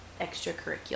extracurricular